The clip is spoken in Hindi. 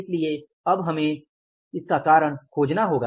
इसलिए अब हमें इसका कारण खोजना होगा